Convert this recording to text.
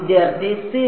വിദ്യാർത്ഥി 0